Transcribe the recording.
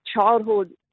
childhood